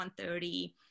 130